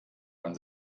man